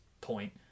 point